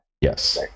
Yes